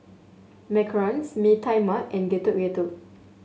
Macarons Mee Tai Mak and Getuk Getuk